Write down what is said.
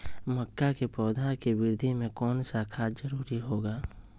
मक्का के पौधा के वृद्धि में कौन सा खाद जरूरी होगा?